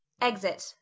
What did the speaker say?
Exit